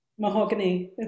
mahogany